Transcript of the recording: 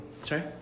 Sorry